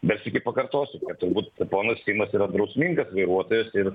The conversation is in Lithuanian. dar sykį pakartosiu kad turbūt ponas simas yra drausmingas vairuotojas ir